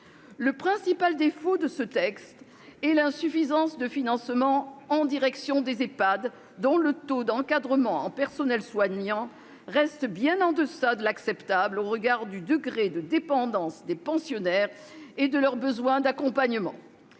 Le principal défaut de ce texte est l'insuffisance de financement en direction des Ehpad, dont le taux d'encadrement en personnel soignant reste bien en deçà de l'acceptable au regard du degré de dépendance des pensionnaires et de leurs besoins d'accompagnement.